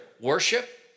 worship